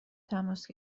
تماس